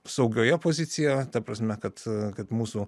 saugioje pozicijoje ta prasme kad kad mūsų